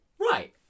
Right